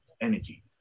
energy